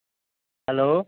hello